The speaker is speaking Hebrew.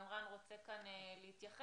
גם רן רוצה כאן להתייחס,